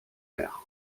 mer